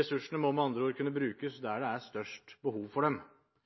Ressursene må med andre ord kunne brukes der det er størst behov for dem.